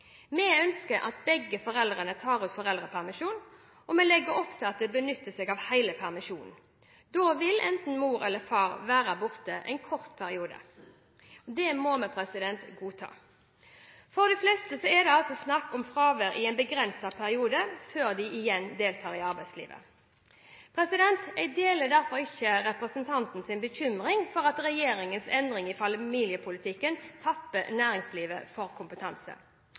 Vi ønsker at begge foreldrene tar ut foreldrepermisjon, og vi legger opp til at de benytter seg av hele permisjonen. Da vil enten mor eller far være borte fra arbeid en kort periode. Det må vi godta. For de fleste er det snakk om fravær i en begrenset periode før de igjen deltar i arbeidslivet. Jeg deler derfor ikke representantens bekymring for at regjeringens endringer i familiepolitikken tapper næringslivet for kompetanse.